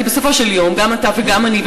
כי בסופו של יום גם אתה וגם אני,